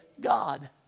God